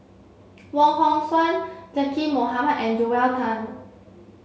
Wong Hong Suen Zaqy Mohamad and Joel Tan